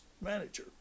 manager